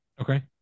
Okay